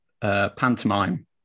Pantomime